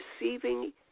Receiving